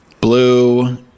Blue